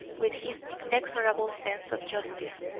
with his inexorable sense of justice.